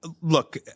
Look